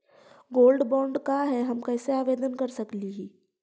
Gold bond का है, हम कैसे आवेदन कर सकली ही?